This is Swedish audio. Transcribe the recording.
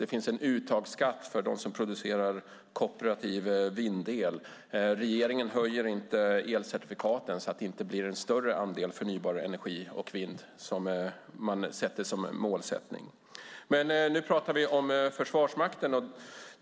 Det finns en uttagsskatt för dem som producerar kooperativ vindel. Regeringen höjer inte elcertifikaten och sätter därmed inte upp en större andel förnybar energi och vindkraft som målsättning. Men nu pratar vi om Försvarsmakten.